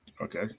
Okay